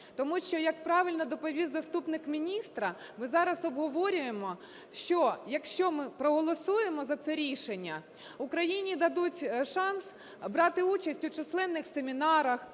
тому що, як правильно доповів заступник міністра, ми зараз обговорюємо, що, якщо ми проголосуємо за це рішення, Україні дадуть шанс брати участь у численних семінарах,